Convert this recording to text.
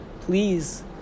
Please